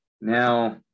Now